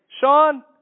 Sean